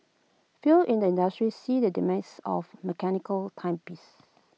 few in the industry see the demise of the mechanical timepiece